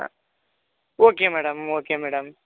okay madam okay madam